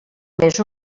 més